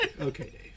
okay